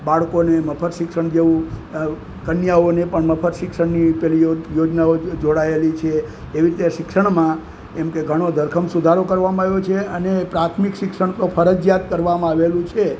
બાળકોને મફત શિક્ષણ દેવું કન્યાઓને પણ મફત શિક્ષણની પેલી યોજ યોજનાઓ જોડાયેલી છે એવી રીતે શિક્ષણમાં જેમકે ઘણો ધરખમ સુધારો કરવામાં આવ્યો છે અને પ્રાથમિક શિક્ષણ તો ફરજિયાત કરવામાં આવેલું છે